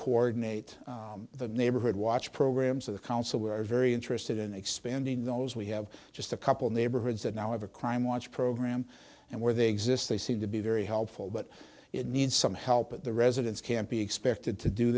coordinate the neighborhood watch programs or the council were very interested in expanding those we have just a couple neighborhoods that now have a crime watch program and where they exist they seem to be very helpful but it needs some help at the residents can't be expected to do